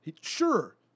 Sure